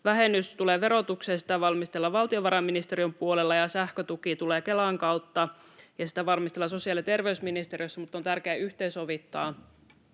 Vähennys tulee verotukseen, ja sitä valmistellaan valtiovarainministeriön puolella, ja sähkötuki tulee Kelan kautta, ja sitä valmistellaan sosiaali- ja terveysministeriössä, mutta on tärkeää yhteensovittaa